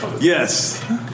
Yes